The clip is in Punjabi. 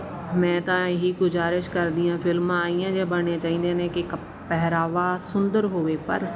ਮੈਂ ਤਾਂ ਇਹੀ ਗੁਜ਼ਾਰਿਸ਼ ਕਰਦੀ ਆਂ ਫਿਲਮਾਂ ਆਹੀਆਂ ਜਾਂ ਬਣਨੀਆਂ ਚਾਹੀਦੀਆਂ ਨੇ ਕਿ ਕੱ ਪਹਿਰਾਵਾ ਸੁੰਦਰ ਹੋਵੇ ਪਰ